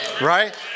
Right